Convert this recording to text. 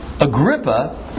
Agrippa